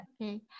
Okay